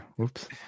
oops